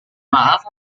maaf